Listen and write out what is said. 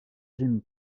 jim